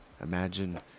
imagine